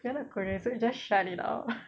we are not korean so just shut it out